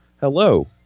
hello